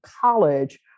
college